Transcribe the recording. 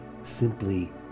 simply